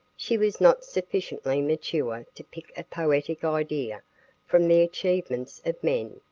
she was not sufficiently mature to pick a poetic idea from the achievements of men,